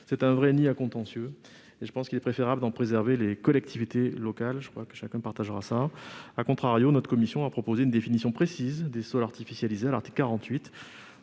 C'est un vrai nid à contentieux, et je pense qu'il est préférable d'en préserver les collectivités locales- chacun en sera d'accord., notre commission a proposé une définition précise des sols artificialisés à l'article 48,